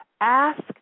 Ask